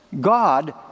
God